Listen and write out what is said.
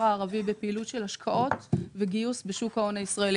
הערבי בפעילות של השקעות וגיוס בשוק ההון הישראלי.